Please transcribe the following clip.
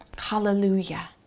Hallelujah